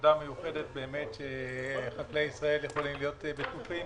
ותודה מיוחדת שחקלאי ישראל יכולים להיות בטוחים